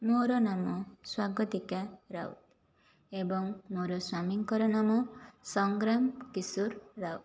ମୋର ନାମ ସ୍ଵାଗତିକା ରାଉତ ଏବଂ ମୋର ସ୍ଵାମୀଙ୍କର ନାମ ସଂଗ୍ରାମ କିଶୋର ରାଉତ